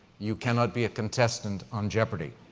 you cannot be a contestant on jeopardy.